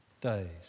days